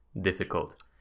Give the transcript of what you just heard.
difficult